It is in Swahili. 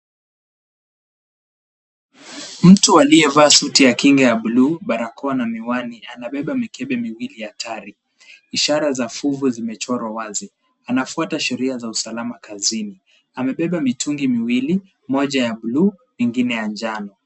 Mtu aliyevaa suti ya kinga ya bluu ,barakoa na miwani anabeba mikebe miwili hatari ,ishara za vuvu zimechorwa wazi ,anafuata sheria za kazini. Amebeba mitungi miwili, moja ya bluu ingine ya njano .